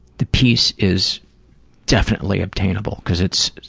the peace is definitely obtainable, because it's,